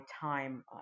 time